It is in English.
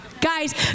Guys